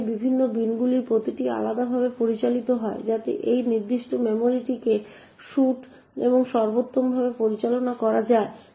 এখন এই বিভিন্ন বিনগুলির প্রতিটি আলাদাভাবে পরিচালিত হয় যাতে সেই নির্দিষ্ট মেমরিটিকে স্যুট এবং সর্বোত্তমভাবে পরিচালনা করা যায়